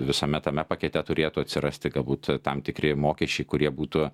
visame tame pakete turėtų atsirasti galbūt tam tikri mokesčiai kurie būtų